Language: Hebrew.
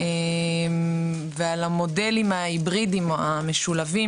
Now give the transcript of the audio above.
ועל המודלים ההיברידים או המשולבים